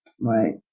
Right